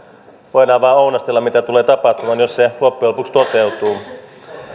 voidaan vain ounastella mitä tulee tapahtumaan jos se loppujen lopuksi toteutuu